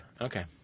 Okay